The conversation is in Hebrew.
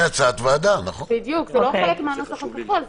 זה לא היה חלק מהנוסח הכחול,